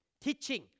teaching